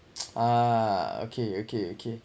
uh okay okay okay